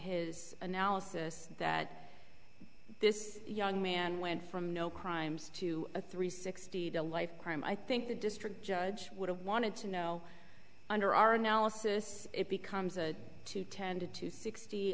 his analysis this young man went from no crimes to a three sixty to life crime i think the district judge would have wanted to know under our noses it becomes a two tended to